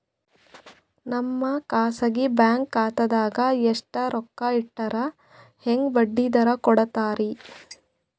ನಮ್ಮ ಖಾಸಗಿ ಬ್ಯಾಂಕ್ ಖಾತಾದಾಗ ಎಷ್ಟ ರೊಕ್ಕ ಇಟ್ಟರ ಹೆಂಗ ಬಡ್ಡಿ ದರ ಕೂಡತಾರಿ?